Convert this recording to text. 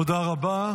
תודה רבה.